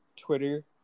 Twitter